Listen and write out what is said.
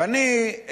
ואני,